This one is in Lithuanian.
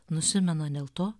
nusimena dėl to